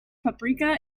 paprika